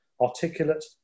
articulate